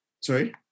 sorry